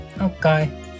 Okay